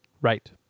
Right